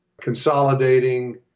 consolidating